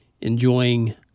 enjoying